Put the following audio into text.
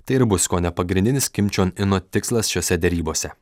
tai ir bus kone pagrindinis kim čion ino tikslas šiose derybose